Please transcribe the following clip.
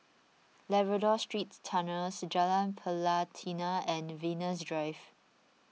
Labrador Secret Tunnels Jalan Pelatina and Venus Drive